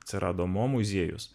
atsirado mo muziejus